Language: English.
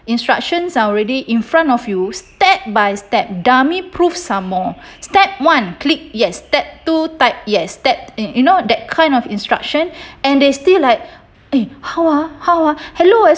instructions are already in front of you step by step dummy proof some more step one click yes step two type yes step you you know that kind of instruction and they still like eh how ah how ah hello